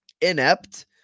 inept